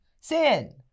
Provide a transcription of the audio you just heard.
sin